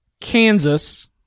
Kansas